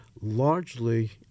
largely